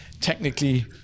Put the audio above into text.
technically –